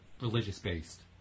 religious-based